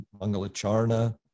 Mangalacharna